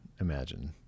Imagine